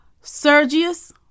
Sergius